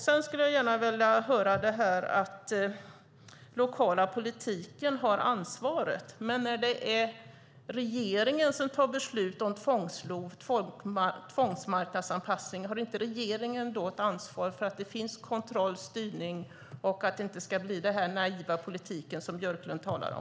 Sedan vill jag höra mer om detta att den lokala politiken har ansvaret. Men när regeringen fattar beslut om tvångsmarknadsanpassning med LOV, har inte regeringen då ett ansvar för att det finns kontroll och styrning och att det inte blir den naiva politik som Björklund talar om?